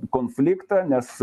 konfliktą nes